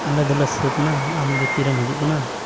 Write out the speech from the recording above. ᱟᱞᱮ ᱫᱚᱞᱮ ᱥᱟᱹᱛᱱᱟ ᱟᱢᱜᱮ ᱛᱤᱨᱮᱢ ᱦᱤᱡᱩᱜ ᱠᱟᱱᱟ